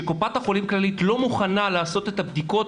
שקופת חולים כללית לא מוכנה לעשות את הבדיקות